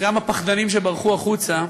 וגם הפחדנים שברחו החוצה,